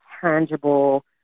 tangible